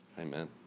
Amen